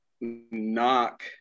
knock